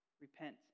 Repent